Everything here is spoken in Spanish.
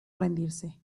rendirse